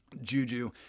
Juju